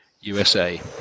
USA